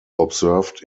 observed